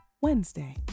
Wednesday